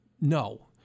no